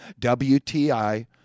WTI